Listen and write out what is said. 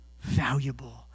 valuable